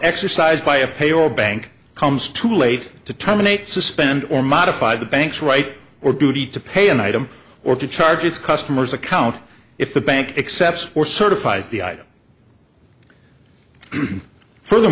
exercised by a payroll bank comes too late to terminate suspend or modify the bank's right or duty to pay an item or to charge its customers account if the bank accept or certifies the item f